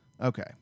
okay